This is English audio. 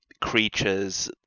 creatures